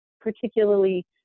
particularly